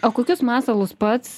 o kokius masalus pats